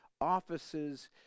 offices